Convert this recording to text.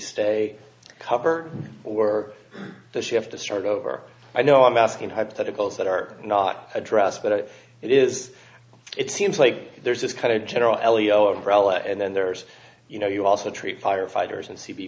stay cover or this you have to start over i know i'm asking hypotheticals that are not addressed but it is it seems like there's this kind of general elio rela and then there's you know you also treat firefighters and c